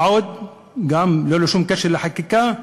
מה עוד, בלי שום קשר לחקיקה,